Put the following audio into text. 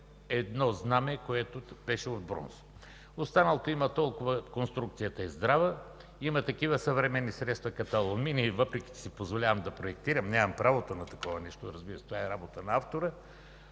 едно знаме, което беше от бронз. Останалото – конструкцията е здрава. Има такива съвременни средства, като алуминий. Въпреки че си позволявам да проектирам, нямам правото на такова нещо – това е работа на автора.